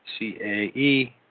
CAE